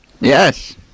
Yes